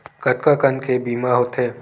कतका कन ले बीमा होथे?